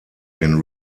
den